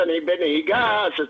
בנהיגה.